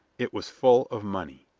it was full of money.